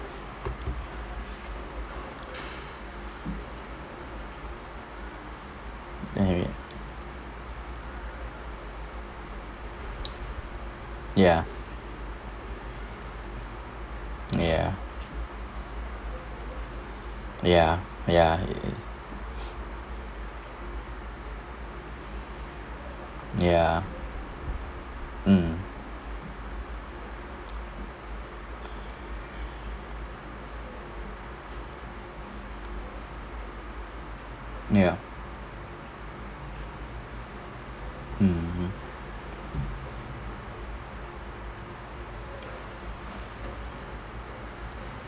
ya ya ya ya ya mm yup mmhmm